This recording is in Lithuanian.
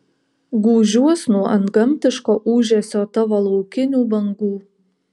gūžiuos nuo antgamtiško ūžesio tavo laukinių bangų